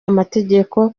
amategeko